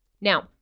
Now